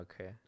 Okay